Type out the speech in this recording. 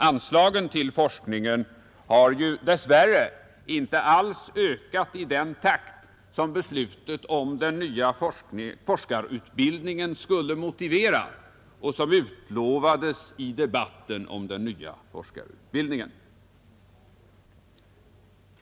Anslaget till forskningen har dess värre inte alls ökat i den takt som beslutet om den nya forskarutbildningen skulle motivera och som utlovades i debatten om den nya forskarutbildningen.